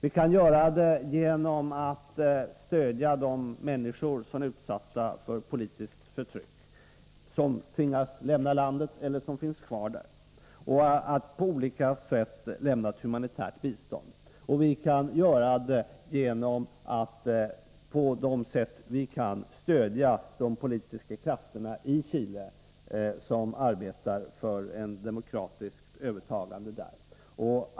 Vi kan göra det genom att stödja de människor som är utsatta för politiskt förtryck — som tvingas lämna landet eller som finns kvar där — genom att på olika sätt lämna humanitärt bistånd. Vi kan göra det genom att stödja de politiska krafter i Chile som arbetar för ett demokratiskt övertagande där.